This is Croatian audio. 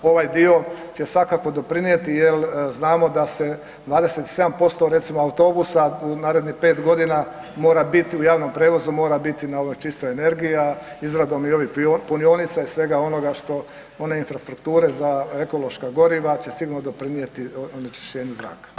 Ovaj dio će svakako doprinijeti jer znamo da se 27% recimo autobusa u narednih 5 godina mora biti, u javnom prijevozu, mora biti na ovoj čistoj energiji, a izradom i ovih punionica i svega onoga što one infrastrukture za ekološka goriva će sigurno doprinijeti onečišćenju zraka.